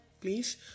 please